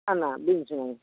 ନା ବିନ୍ସ ନାହିଁ